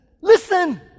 listen